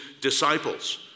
disciples